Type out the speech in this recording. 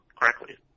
correctly